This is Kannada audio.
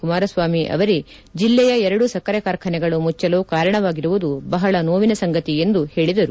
ಕುಮಾರಸ್ವಾಮಿ ಅವರೇ ಜಿಲ್ಲೆಯ ಎರಡು ಸಕ್ಕರೆ ಕಾರ್ಖಾನೆಗಳು ಮುಚ್ಚಲು ಕಾರಣವಾಗಿರುವುದು ಬಹಳ ನೋವಿನ ಸಂಗತಿ ಎಂದು ಅವರು ಹೇಳಿದರು